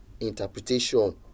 interpretation